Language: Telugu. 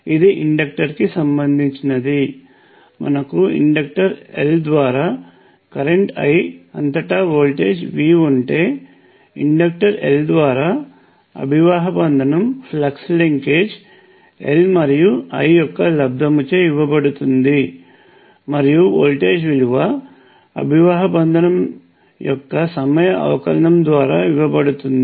ఇది ఇండక్టర్ కి సంబంధించినది మనకు ఇండక్టర్ L ద్వారా కరెంట్ I అంతటా వోల్టేజ్ V ఉంటే ఇండక్టర్ L ద్వారా అభివాహ బంధనంఫ్లక్స్ లింకేజ్ L మరియు I యొక్క లబ్దముచే ఇవ్వబడుతుంది మరియు వోల్టేజ్ విలువ అభివాహ బంధనం యొక్క సమయ అవకలనం ద్వారా ఇవ్వబడుతుంది